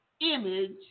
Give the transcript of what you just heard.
image